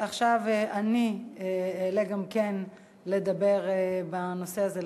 עכשיו אני אעלה גם כן לדבר בנושא הזה.